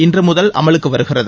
இன்றுமுதல் அமலுக்கு வருகிறது